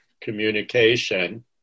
communication